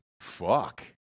Fuck